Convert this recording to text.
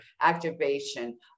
activation